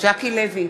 ז'קי לוי,